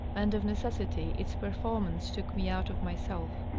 and of necessity its perform ance took me out of myself.